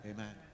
Amen